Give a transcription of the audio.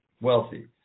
wealthy